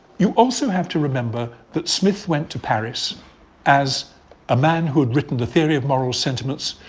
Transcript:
you also have to remember that smith went to paris as a man who had written the theory of moral sentiments,